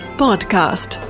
podcast